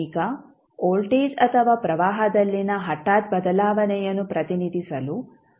ಈಗ ವೋಲ್ಟೇಜ್ ಅಥವಾ ಪ್ರವಾಹದಲ್ಲಿನ ಹಠಾತ್ ಬದಲಾವಣೆಯನ್ನು ಪ್ರತಿನಿಧಿಸಲು ಹಂತದ ಕಾರ್ಯವನ್ನು ಬಳಸಲಾಗುತ್ತದೆ